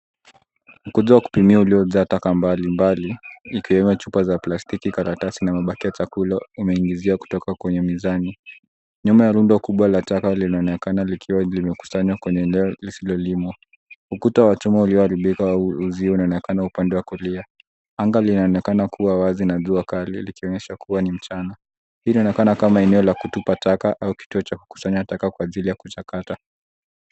Mkujo wa kupimia uliojaa taka mbalimbali; ikiwemo chupa za plastiki, karatasi na mabaki ya chakula imening'inia kutoka kwenye mizani. Nyuma ya rundo kubwa la taka linaonekana likiwa limekusanya kwenye eneo lisilolimwa. Ukuta wa chuma ulioharibika uzio unaonekana upande wa kulia. Anga linaonekana kuwa wazi na jua kali likionyesha kuwa ni mchana. Hii inaonekana kama eneo la kutupa taka au kituo cha kukusanya taka kwa ajili ya kuchakata.